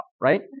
Right